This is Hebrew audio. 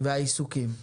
והעיסוקים שלו.